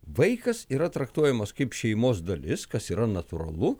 vaikas yra traktuojamas kaip šeimos dalis kas yra natūralu